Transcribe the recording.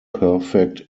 perfect